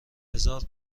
هزار